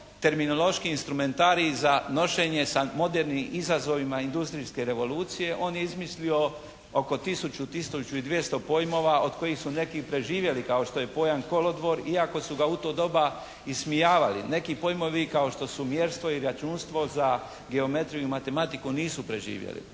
terminološki instrumentarij za nošenje sa modernim izazovima industrijske revolucije. On je izmislio oko tisuću, tisuću i 200 pojmova od kojih su neki preživjeli kao što je pojam kolodvor, iako su ga u to doba ismijavali. Neki pojmovi kao što su mjerstvo i računstvo za geometriju i matematiku nisu preživjeli.